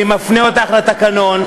אני מפנה אותך לתקנון.